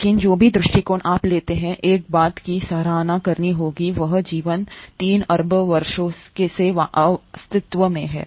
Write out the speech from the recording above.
लेकिन जो भी दृष्टिकोण आप लेते हैं एक बात की सराहना करनी होगी और वह जीवन 3 अरब वर्षों से अस्तित्व में है